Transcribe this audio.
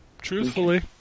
truthfully